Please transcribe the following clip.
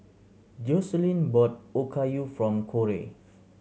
Jocelynn bought Okayu from Korey